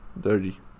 dirty